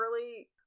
early